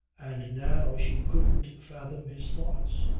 and now she couldn't fathom his thoughts.